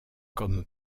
comme